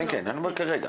אני אומר כרגע.